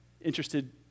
interested